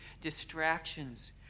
distractions